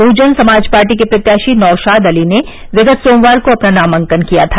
बहुजन Samaj Party के प्रत्याशी नौशाद अली ने विगत सोमवार को अपना नामांकन किया था